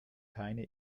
keine